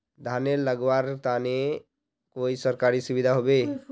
धानेर लगवार तने कोई सरकारी सुविधा होबे?